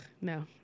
no